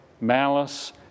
malice